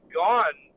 gone